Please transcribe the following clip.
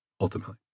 ultimately